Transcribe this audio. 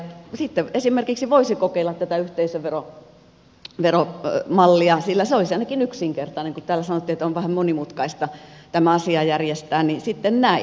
sitten esimerkiksi voisi kokeilla tätä yhteisöveromallia sillä se olisi ainakin yksinkertainen kun täällä sanottiin että on vähän monimutkaista tämä asia järjestää niin sitten näin